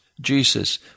Jesus